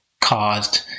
caused